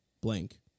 blank